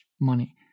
money